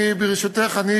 קודם כול,